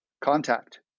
Contact